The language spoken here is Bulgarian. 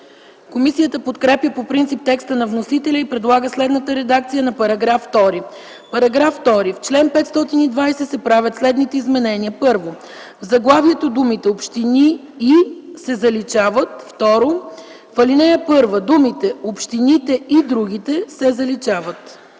Комисията подкрепя по принцип текста на вносителя и предлага следната редакция на § 2: „§ 2. В чл. 520 се правят следните изменения: 1. В заглавието думите „общини и” се заличават. 2. В ал. 1 думите „общините и другите” се заличават.”